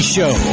Show